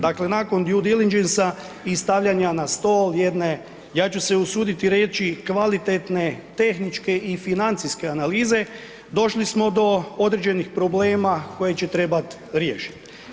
Dakle, nakon Due diligence-a i stavljanja na stol jedne, ja ću se usuditi reći, kvalitetne tehničke i financijske analize, došli smo do određenih problema koje će trebati riješiti.